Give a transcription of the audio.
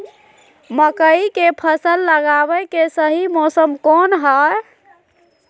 मकई के फसल लगावे के सही मौसम कौन हाय?